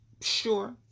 sure